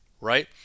right